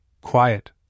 quiet